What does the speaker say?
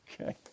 Okay